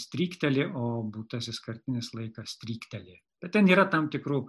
strykteli o būtasis kartinis laikas strykteli bet ten yra tam tikrų